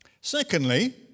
Secondly